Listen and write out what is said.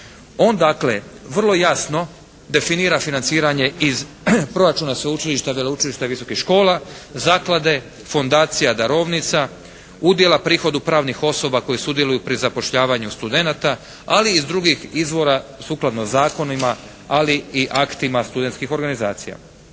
On dakle vrlo jasno definira financiranje iz proračuna sveučilišta, veleučilišta i visokih škola, zaklade, fundacija darovnica, udjela prihodu pravnih osoba koje sudjeluju pri zapošljavanju studenata, ali i iz drugih izvora sukladno zakonima, ali i aktima studentskih organizacija.